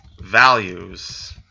values